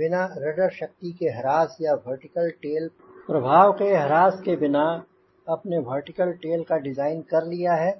बिना रडर शक्ति के ह्रास या वर्टिकल टेल प्रभाव के ह्रास के बिना आपने वर्टिकल टेल का डिज़ाइन कर लिया है